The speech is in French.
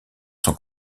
sont